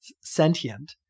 sentient